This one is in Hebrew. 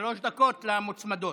שלוש דקות למוצמדות.